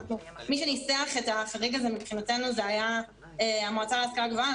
מי שניסח את החריג מבחינתנו זה היה המועצה להשכלה גבוהה,